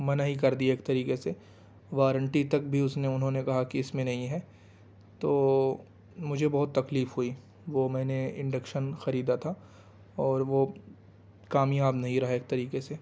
منع ہی کر دیا ایک طریقے سے وارنٹی تک بھی اس نے انہوں نے کہا کہ اس میں نہیں ہے تو مجھے بہت تکلیف ہوئی وہ میں نے انڈکشن خریدا تھا اور وہ کامیاب نہیں رہا ایک طریقے سے